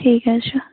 ٹھیٖک حظ چھُ